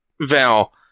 Val